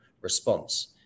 response